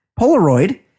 Polaroid